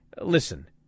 listen